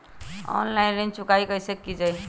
Online ऋण चुकाई कईसे की ञाई?